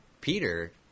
Peter